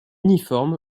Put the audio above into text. uniforme